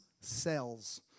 cells